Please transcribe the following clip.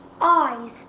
eyes